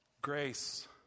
Grace